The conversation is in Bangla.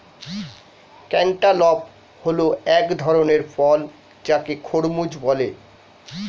ক্যান্টালপ হল এক ধরণের ফল যাকে খরমুজ বলে